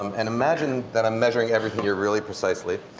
um and imagine that i'm measuring everything here really precisely.